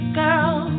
girl